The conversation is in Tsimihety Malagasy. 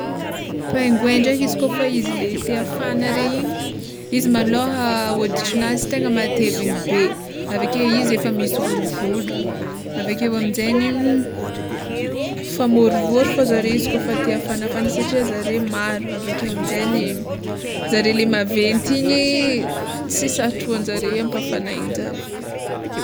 Pinguoin ndraiky izy kôfa izy le te hafana re igny izy malôha hoditrinazy tegna matevigny be, aveke izy efa misy volovolony aveke amizegny famôrovôro fô zareo izy kôfa te hafanafana satria zare maro, aveke aminjegny zareo le maventy igny tsy sarotro hoanjareo ampafana ainjare.